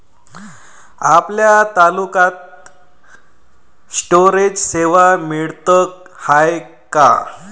आपल्या तालुक्यात स्टोरेज सेवा मिळत हाये का?